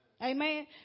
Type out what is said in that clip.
Amen